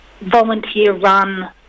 volunteer-run